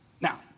Now